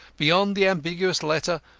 beyond the ambiguous letter,